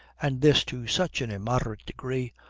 and this to such an immoderate degree,